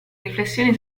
riflessioni